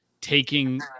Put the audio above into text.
taking